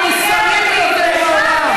היא נהנית מזה.